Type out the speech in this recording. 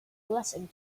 blessing